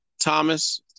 Thomas